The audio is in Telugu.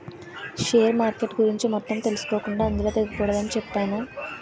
షేర్ మార్కెట్ల గురించి మొత్తం తెలుసుకోకుండా అందులో దిగకూడదని చెప్పేనా